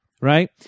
right